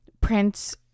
Prince